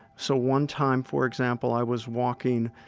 so, one time, for example, i was walking,